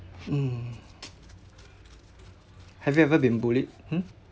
mm have you ever been bullied hmm